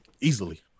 easily